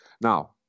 Now